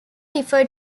refer